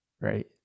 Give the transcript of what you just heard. right